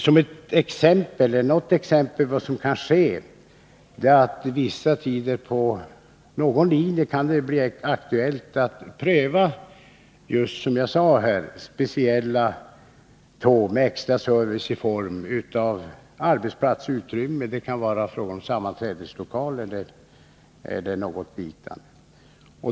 Ett exempel på vad som kan ske är att det under vissa tider på någon linje kan bli aktuellt att pröva speciella tåg med extra service i form av arbetsplatsutrymme, sammanträdeslokaler och liknande.